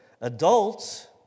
Adults